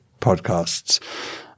podcasts